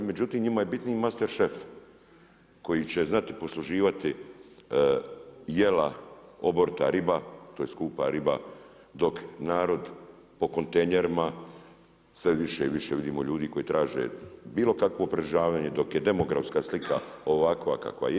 Međutim, njima je bitniji master šef koji će znati posluživati jela oborita riba, to je skupa riba dok narod po kontejnerima sve više i više vidimo ljudi koji traže bilo kakvo preživljavanje dok je demografska slika ovakva kakva je.